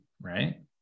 right